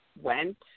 went